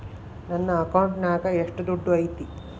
ನನ್ನ ಅಕೌಂಟಿನಾಗ ಎಷ್ಟು ದುಡ್ಡು ಐತಿ?